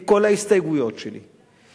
עם כל ההסתייגויות שלי,